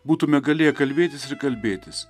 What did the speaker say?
būtume galėję kalbėtis ir kalbėtis